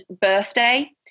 birthday